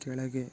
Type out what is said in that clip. ಕೆಳಗೆ